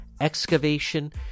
excavation